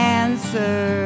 answer